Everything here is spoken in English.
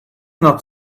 not